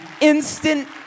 instant